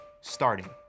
starting